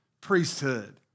priesthood